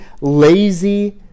lazy